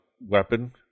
weapon